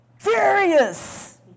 furious